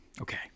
okay